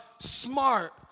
smart